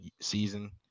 season